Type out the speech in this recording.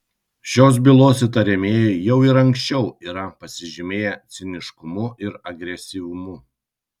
šios bylos įtariamieji jau ir anksčiau yra pasižymėję ciniškumu ir agresyvumu